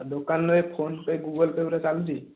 ଦୋକାନରେ PhonePe' Google Pay' ଏଗୁଡ଼ା ଚାଲୁଛି